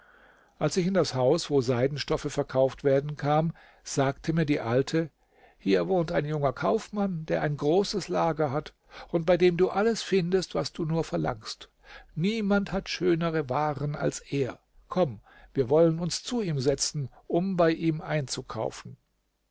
als ich in das haus wo seidenstoffe verkauft werden kam sagte mir die alte hier wohnt ein junger kaufmann der ein großes lager hat und bei dem du alles findest was du nur verlangst niemand hat schönere waren als er komm wir wollen uns zu ihm setzen um bei ihm einzukaufen